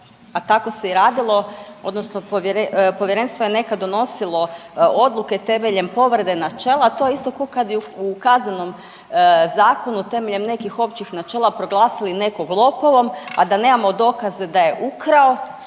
a tako se i radilo odnosno povjerenstvo je nekad donosilo odluke temeljem povrede načela, a to je isto ko kad u Kaznenom zakonu temeljem nekih općih načela proglasili nekog lopovom, a da nemamo dokaze da je ukrao,